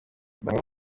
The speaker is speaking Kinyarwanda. bamwe